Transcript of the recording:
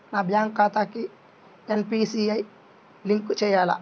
నా బ్యాంక్ ఖాతాకి NPCI link చేయాలా?